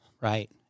Right